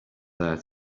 there